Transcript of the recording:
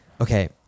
Okay